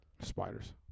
Spiders